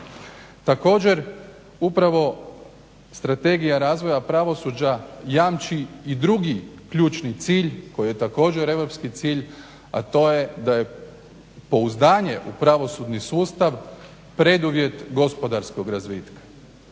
Također upravo strategija razvoja pravosuđa jamči i drugi ključni cilj koji je također europski cilj, a to je da je pouzdanje u pravosudni sustav preduvjet gospodarskog razvitka.